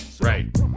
right